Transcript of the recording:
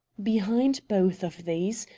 behind both of these,